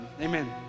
Amen